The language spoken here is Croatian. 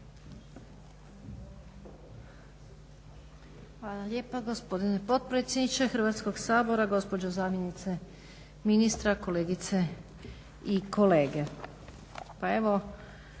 Hvala lijepa gospodine potpredsjedniče Hrvatskoga sabora. Gospođo zamjenice ministra, kolegice i kolege. Pa evo